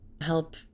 help